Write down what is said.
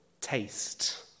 taste